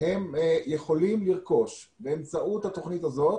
יכולים לרכוש באמצעות התוכנית הזאת